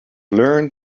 learned